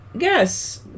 yes